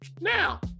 now